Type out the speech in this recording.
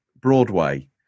Broadway